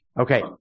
Okay